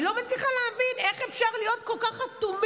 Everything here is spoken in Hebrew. אני לא מצליחה, איך אפשר להיות כל כך אטומים?